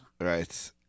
Right